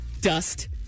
Dust